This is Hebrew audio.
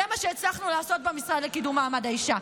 זה מה שהצלחנו לעשות במשרד לקידום מעמד האישה.